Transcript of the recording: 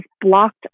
blocked